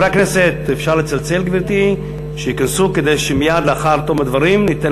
שחברי הכנסת ייכנסו כדי שמייד לאחר תום הדברים ניתן